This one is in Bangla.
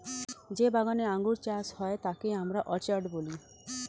যেই বাগানে আঙ্গুর চাষ হয় তাকে আমরা অর্চার্ড বলি